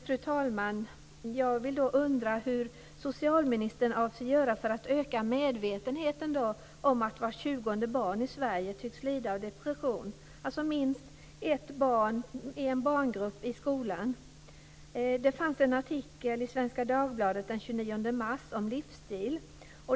Fru talman! Jag undrar vad socialministern avser att göra för att öka medvetenheten om att vart tjugonde barn i Sverige tycks lida av depression. Det är alltså minst ett barn i en barngrupp i skolan. Det fanns en artikel i Svenska Dagbladet den 29 mars om livsstil.